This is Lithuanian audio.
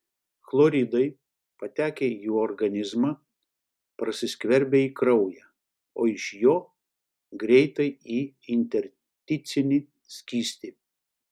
chloridai patekę į organizmą prasiskverbia į kraują o iš jo greitai į intersticinį skystį